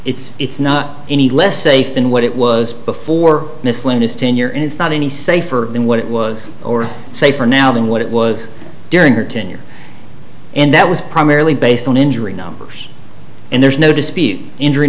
it's it's not any less safe than what it was before this latest in your it's not any safer than what it was or safer now than what it was during her tenure and that was primarily based on injury numbers and there's no dispute injury